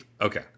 Okay